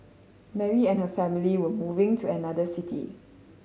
Mary and her family were moving to another city